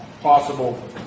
Possible